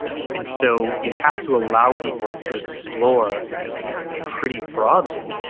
and so you have to allow people to explore pretty broadly.